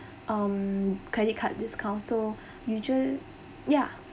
um credit card discount so usual yeah